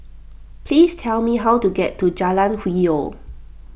please tell me how to get to Jalan Hwi Yoh